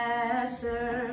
Master